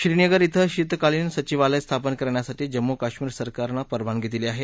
श्रीनगर इथं शीतकालीन सचिवालय स्थापन करण्यासाठी जम्मू काश्मीर सरकार ने परवानगी दिली आहे